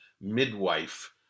midwife